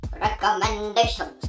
Recommendations